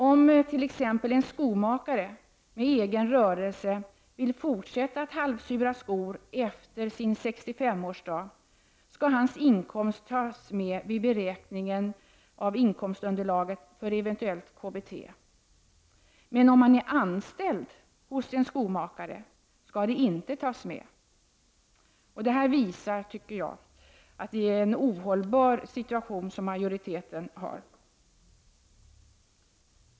Om t.ex. en skomakare med egen rörelse vill fortsätta att halvsula skor efter sin 65-årsdag, skall hans inkomst tas med vid beräkningen av inkomstunderlaget för eventuellt KBT, men om han är anställd hos en skomakare skall inkomsten inte tas med. Jag anser att detta visar hur ohållbar majoritetens inställning är.